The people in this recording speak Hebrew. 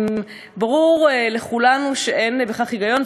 ברור לכולנו שאין בכך היגיון,